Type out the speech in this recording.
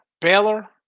Baylor